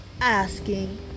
asking